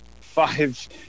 five